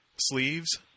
sleeves